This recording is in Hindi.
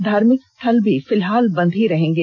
धार्मिक स्थल भी फिलहाल बन्दे ही रहेंगे